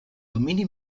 domini